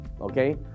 okay